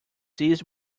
seized